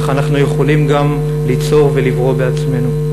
אך אנחנו יכולים גם ליצור ולברוא בעצמנו.